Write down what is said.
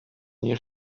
nie